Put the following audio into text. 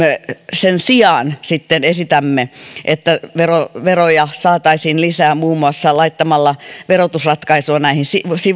sen sijaan sitten esitämme että veroja veroja saataisiin lisää muun muassa laittamalla verotusratkaisua näihin